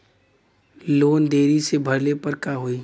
Loan देरी से भरले पर का होई?